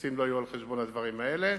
הקיצוצים לא יהיו על-חשבון הדברים האלה.